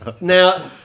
Now